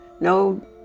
no